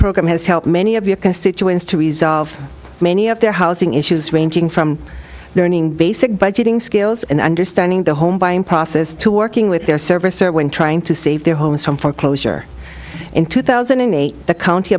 program has helped many of your constituents to resolve many of their housing issues ranging from learning basic budgeting skills and understanding the home buying process to working with their service or when trying to save their homes from foreclosure in two thousand and eight the county